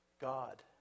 God